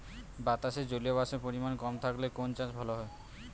বাতাসে জলীয়বাষ্পের পরিমাণ কম থাকলে কোন চাষ ভালো হয়?